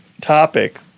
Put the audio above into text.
topic